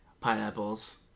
pineapples